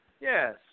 Yes